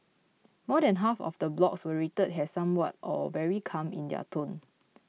more than half of the blogs were rated as somewhat or very calm in their tone